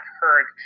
heard